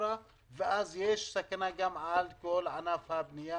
חמורה יותר, ואז יש גם סכנה לכל ענף הבנייה